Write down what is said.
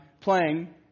playing